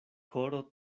koro